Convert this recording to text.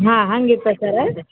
ಹಾಂ ಹಾಗಿತ್ತಾ ಸರ್